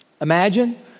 Imagine